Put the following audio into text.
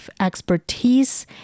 expertise